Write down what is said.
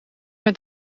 met